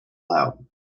loud